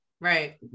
Right